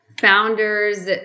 founders